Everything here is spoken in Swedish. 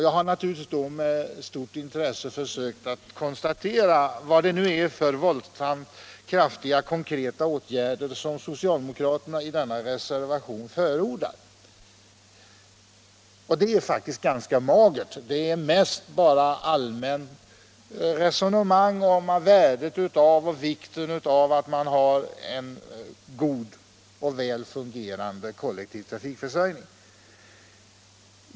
Jag har naturligtvis då med stort intresse försökt konstatera vad det är för våldsamt kraftiga konkreta åtgärder som socialdemokraterna i denna reservation förordar. Det är faktiskt ganska magert; det är mest bara allmänt resonemang om värdet och vikten av att man har en god och väl fungerande kollektiv trafikförsörjning.